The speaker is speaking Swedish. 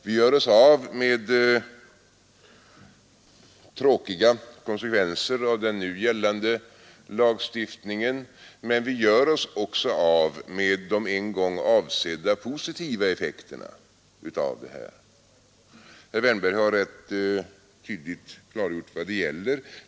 Vi gör oss av med tråkiga konsekvenser av den nu gällande lagstiftningen, men vi gör oss också av med de en gång avsedda positiva effekterna av de här reglerna. Herr Wärnberg har rätt tydligt klargjort vad det gäller.